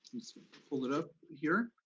pull it up here,